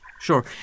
sure